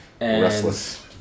Restless